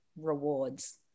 rewards